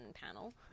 panel